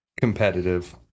competitive